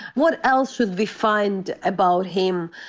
what else should we find about him?